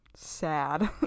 sad